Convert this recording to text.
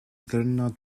ddiwrnod